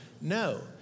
No